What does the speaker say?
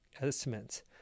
estimates